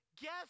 guess